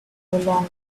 longer